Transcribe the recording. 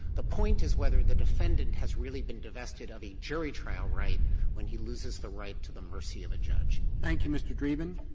the point is whether the defendant has really been divested of a jury trial right when he loses the right to the mercy of a judge. roberts thank you, mr. dreeben.